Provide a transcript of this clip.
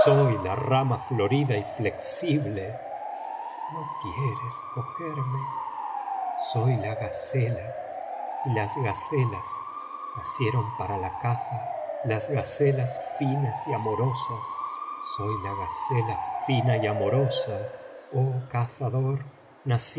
la rama florida y flexible no quieres cogerme soy la gacela y las gacelas nacieron para la caza las gacelas finas y amorosas soy la gacela fina y amorosa oh cazador